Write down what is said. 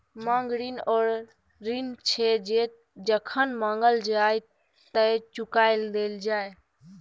मांग ऋण ओ ऋण छै जे जखन माँगल जाइ तए चुका देल जाय